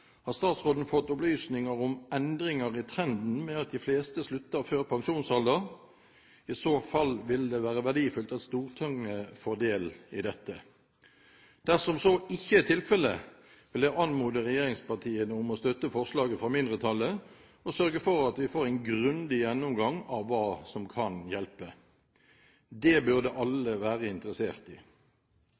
Har statsråden fått opplysninger om endringer i trenden med at de fleste slutter før pensjonsalder? I så fall ville det være verdifullt at Stortinget fikk ta del i dette. Dersom så ikke er tilfellet, vil jeg anmode regjeringspartiene om å støtte forslaget fra mindretallet og sørge for at vi får en grundig gjennomgang av hva som kan hjelpe. Det burde alle være interessert i.